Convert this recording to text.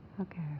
Okay